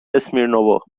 اسمیرنوو